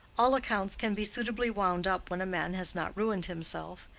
all accounts can be suitably wound up when a man has not ruined himself,